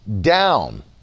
down